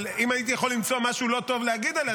אבל אם הייתי יכול למצוא משהו לא טוב להגיד עליה,